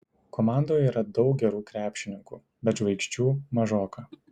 komandoje yra daug gerų krepšininkų bet žvaigždžių mažoka